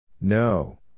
No